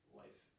life